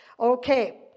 Okay